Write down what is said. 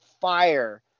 fire